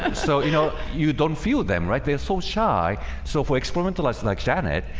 and so, you know you don't feel them right, they're so shy so for experimental eyes like janet.